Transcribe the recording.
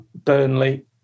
Burnley